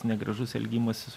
negražus elgimasis